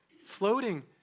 floating